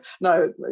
no